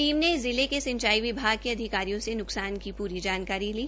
team ने जिले के डक्षसचाई विभाग के अधिकारियों से नुकसान की पूरी जानकारी ली